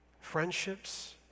friendships